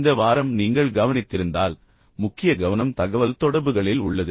இந்த வாரம் நீங்கள் கவனித்திருந்தால் முக்கிய கவனம் தகவல்தொடர்புகளில் உள்ளது